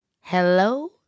Hello